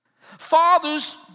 Fathers